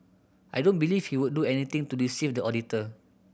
I don't believe he would do anything to deceive the auditor